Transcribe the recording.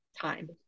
time